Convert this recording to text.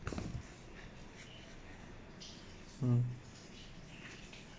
mm